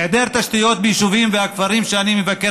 היעדר תשתיות ביישובים והכפרים שאני מבקר